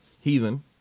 heathen